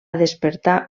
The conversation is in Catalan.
despertar